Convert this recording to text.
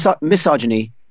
misogyny